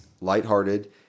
lighthearted